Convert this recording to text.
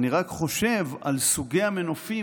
רק חושב על סוגי המנופים,